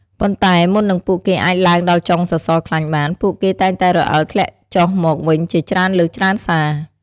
ប៉ុន្តែមុននឹងពួកគេអាចឡើងដល់ចុងសសរខ្លាញ់បាន ពួកគេតែងតែរអិលធ្លាក់ចុះមកវិញជាច្រើនលើកច្រើនសារ។